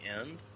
end